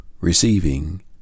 Receiving